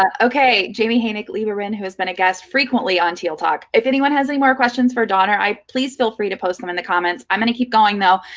um ok. jamie like lieberman, who has been a guest frequently on teal talk. if anyone has any more questions for don or i, please feel free to post them in the comments i'm going to keep going, though.